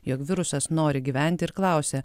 jog virusas nori gyventi ir klausia